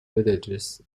villages